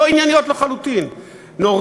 לא ענייניות לחלוטין.